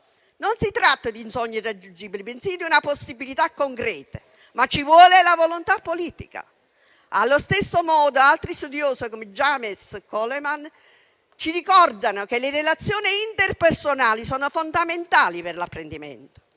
Si tratta non di un sogno irraggiungibile, bensì di una possibilità concreta, ma ci vuole la volontà politica. Allo stesso modo, altri studiosi, come James Coleman, ci ricordano che le relazioni interpersonali sono fondamentali per l'apprendimento.